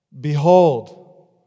behold